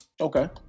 Okay